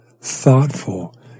thoughtful